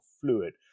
fluid